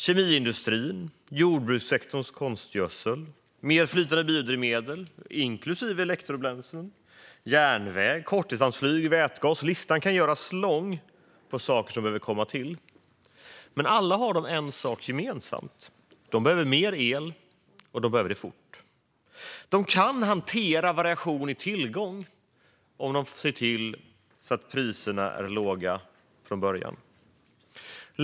Kemiindustrin, jordbrukssektorns konstgödsel, mer flytande biodrivmedel, inklusive elektrobränslen, järnväg, kortdistansflyg, vätgas - listan kan göras lång över saker som behövs. Alla har de en sak gemensamt: De behöver mer el, och de behöver det fort. Variation i tillgång kan hanteras om man ser till att priserna är låga från början.